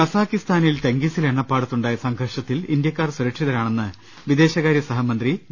കസാക്കിസ്ഥാനിൽ ടെങ്കിസിലെ എണ്ണപ്പാടത്തുണ്ടായ സംഘർഷത്തിൽ ഇന്ത്യ ക്കാർ സുരക്ഷിതരാണെന്ന് വിദേശകാർ്യ സഹമന്ത്രി വി